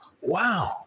Wow